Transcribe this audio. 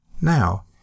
Now